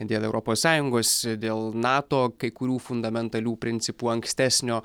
dėl europos sąjungos dėl nato kai kurių fundamentalių principų ankstesnio